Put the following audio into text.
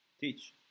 Teach